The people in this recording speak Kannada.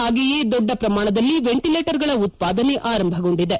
ಹಾಗೆಯೇ ದೊಡ್ಡ ಪ್ರಮಾಣದಲ್ಲಿ ವೆಂಟಿಲೇಟರ್ಗಳ ಉತ್ಪಾದನೆ ಆರಂಭಗೊಂಡಿದೆ